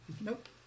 Nope